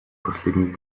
последних